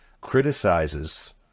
criticizes